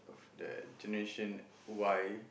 the generation Y